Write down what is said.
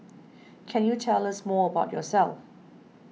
can you tell us more about yourself